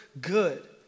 good